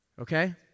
Okay